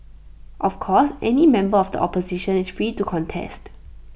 of course any member of the opposition is free to contest